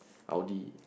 Audi